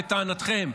לטענתכם.